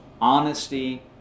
honesty